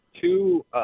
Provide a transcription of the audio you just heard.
two